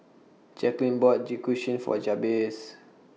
Jacquelyn bought For Jabez